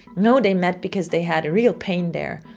no, they met because they had a real pain there.